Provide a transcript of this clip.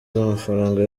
z’amafaranga